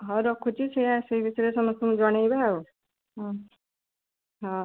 ହଉ ରଖୁଛି ସେ ଆସିଲେ ଏ ବିଷୟରେ ସମସ୍ତଙ୍କୁ ଜଣେଇବା ଆଉ ହଁ